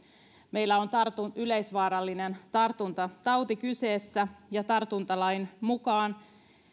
meillä on yleisvaarallinen tartuntatauti kyseessä ja tartuntalain mukaan